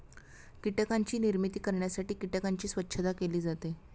कीटकांची निर्मिती करण्यासाठी कीटकांची स्वच्छता केली जाते